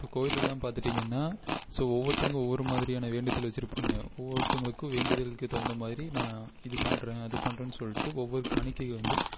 இப்போ கோயில்லலாம் பார்த்துட்டீங்கன்னா ஸோ ஒவ்வொருத்தவங்க ஒவ்வொரு மாதிரியான வேண்டுதல் வச்சிருப்பாங்க ஒவ்வொருத்தவங்களுக்கு வேண்டுதல்க்கு தகுந்த மாதிரி நான் இது பண்ணுறேன் அது பண்ணுறேன்னு சொல்லிட்டு ஒவ்வொரு காணிக்கையை வந்து